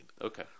Okay